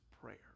prayer